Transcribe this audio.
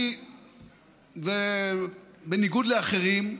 בניגוד לאחרים,